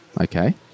okay